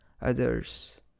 others